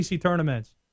tournaments